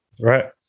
right